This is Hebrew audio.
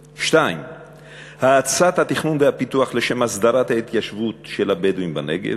2. האצת התכנון והפיתוח לשם הסדרת ההתיישבות של הבדואים בנגב,